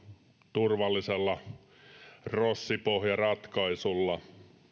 turvallisella rossipohjaratkaisulla